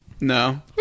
No